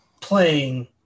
playing –